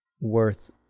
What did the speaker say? worth